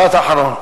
משפט אחרון.